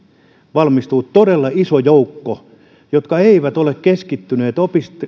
valmistuu todella iso joukko filosofian maistereitakin jotka eivät ole keskittyneet